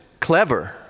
clever